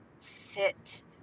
fit